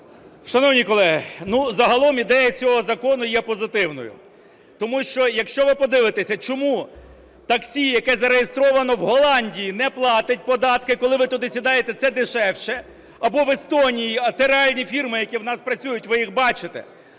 Шановні колеги, загалом ідея цього закону є позитивною, тому що, якщо ви подивитеся, чому таксі, яке зареєстровано в Голландії, не платить податки, коли ви туди сідаєте, це дешевше, або в Естонії (а це реальні фірми, які в нас працюють, ви їх бачите),